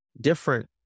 different